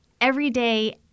everyday